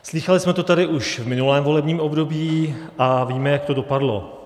Slýchali jsme to tady už v minulém volebním období a víme, jak to dopadlo.